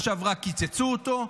בשנה שעברה קיצצו אותו,